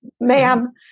ma'am